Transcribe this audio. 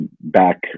back